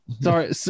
Sorry